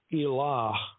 elah